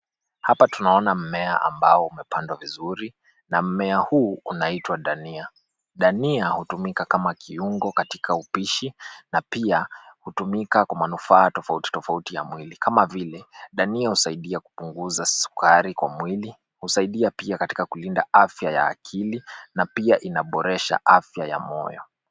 Hapa tunaona mmea ambao umepandwa vizuri. Na mmea huu unaitwa Dania. Dania hutumika kama kiuongo katika upishi na pia hutumika kwa manufaa tofauti tofauti ya mwili kama vile, dania husaidia kupunguza sukari kwa mwili, husaidia pia katika kulinda afya ya akili na pia inaboresha afya ya moyo.